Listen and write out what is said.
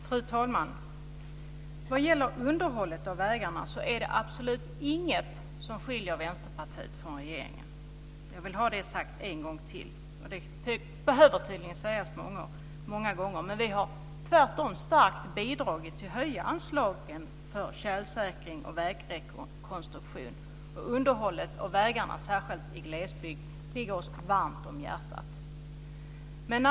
Fru talman! Vad gäller underhållet av vägarna så är det absolut inget som skiljer Vänsterpartiet från regeringen. Jag vill ha det sagt en gång till. Det behöver tydligen sägas många gånger. Tvärtom har vi i Vänsterpartiet starkt bidragit till att höja anslagen för tjälsäkring och vägrekonstruktion. Underhållet av vägarna, särskilt i glesbygd, ligger oss varmt om hjärtat.